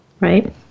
Right